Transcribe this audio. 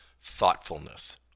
thoughtfulness